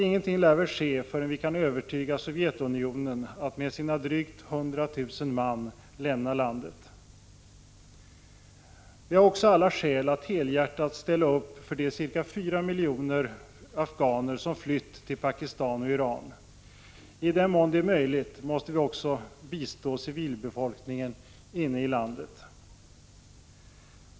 Ingenting lär väl ske förrän vi kan övertyga Sovjetunionen att med sina drygt 100 000 man lämna landet. Vi har också alla skäl att helhjärtat ställa upp för de ca 4 miljoner afghaner som flytt till Pakistan och Iran. I den mån det är möjligt måste vi också bistå civilbefolkningen inne i landet.